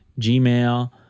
Gmail